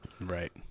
right